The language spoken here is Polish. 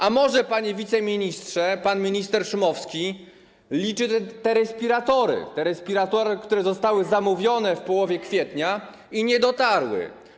A może, panie wiceministrze, pan minister Szumowski liczy te respiratory, które zostały zamówione w połowie kwietnia i nie dotarły?